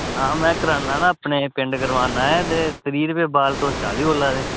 ना में कराना ना अपने पिंड करावाना ऐ ते त्रीह् रपेऽ बाल तुस चाली बोला दे